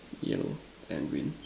yellow and green